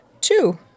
Two